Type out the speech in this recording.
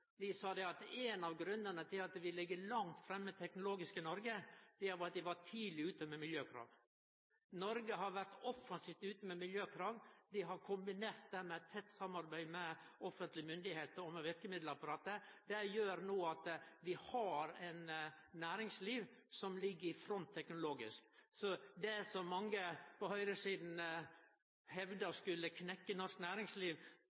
at ein var tidleg ute med miljøkrav. Noreg har vore offensivt ute med miljøkrav. Ein har kombinert det med eit tett samarbeid med offentlege myndigheiter og med verkemiddelapparatet. Det gjer at vi har eit næringsliv som ligg i front teknologisk. Det som mange på høgresida for ein del år sidan hevda ville knekke norsk næringsliv,